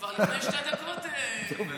כבר לפני שתי דקות, טוב.